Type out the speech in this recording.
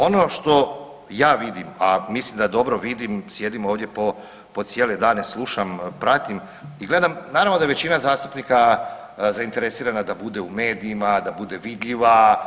Ono što ja vidim, a mislim da dobro vidim sjedim ovdje po cijele dane slušam, pratim i gledam, naravno da je većina zastupnika zainteresirana da bude u medijima, da bude vidljiva.